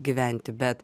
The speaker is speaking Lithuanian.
gyventi bet